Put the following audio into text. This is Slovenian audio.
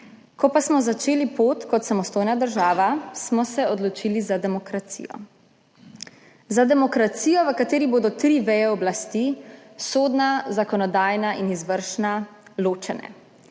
Ko pa smo začeli pot kot samostojna država, smo se odločili za demokracijo. Za demokracijo, v kateri bodo tri veje oblasti – sodna, zakonodajna in izvršna, ločene,